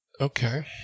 Okay